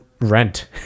rent